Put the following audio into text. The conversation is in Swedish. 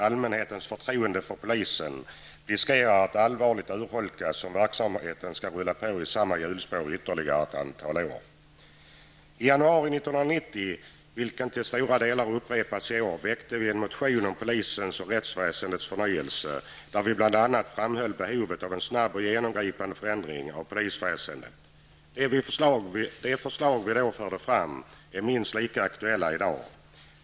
Allmänhetens förtroende för polisen riskerar att allvarligt urholkas om verksamheten får rulla på i samma hjulspår ytterligare ett antal år. I januari 1990 väckte vi en motion, vilken till stora delar upprepas nu, om rättsväsendets och polisväsendets förnyelse, där vi bl.a. framhöll behovet av en snabb och genomgripande förändring av polisväsendet. De förslag som vi då förde fram är lika aktuella i dag.